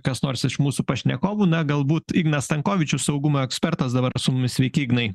kas nors iš mūsų pašnekovų na galbūt ignas stankovičius saugumo ekspertas dabar su mumis sveiki ignai